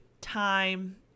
time